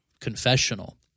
confessional